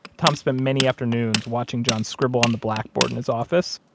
tom spent many afternoons watching john scribble on the blackboard in his office,